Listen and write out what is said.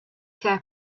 care